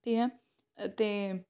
ਅਤੇ ਹੈ ਅਤੇ